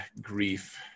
Grief